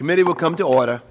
committee will come to order